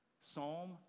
Psalm